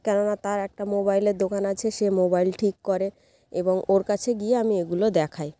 কেননা তার একটা মোবাইলের দোকান আছে সে মোবাইল ঠিক করে এবং ওর কাছে গিয়ে আমি এগুলো দেখাই